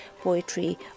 poetry